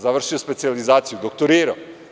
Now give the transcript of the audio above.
Završio je specijalizaciju, doktorirao.